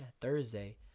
Thursday